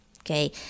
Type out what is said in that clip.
Okay